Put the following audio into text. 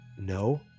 no